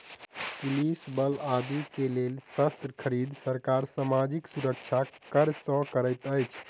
police बल आदि के लेल शस्त्र खरीद, सरकार सामाजिक सुरक्षा कर सँ करैत अछि